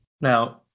Now